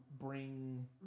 bring